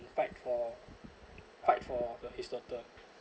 and fight for fight for the his daughter